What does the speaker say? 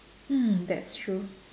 hmm that's true